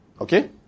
Okay